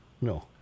no